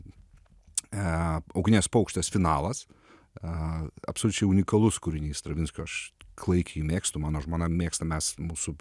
ugnies paukštės finalas absoliučiai unikalus kūrinys stravinskio aš klaikiai mėgstu mano žmona mėgsta mes mūsų